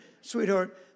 sweetheart